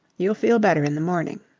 you'll feel better in the morning.